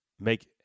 make